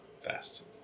fast